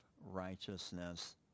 righteousness